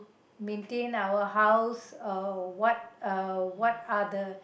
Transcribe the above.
maintain our house uh what uh what other